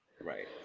Right